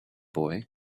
boy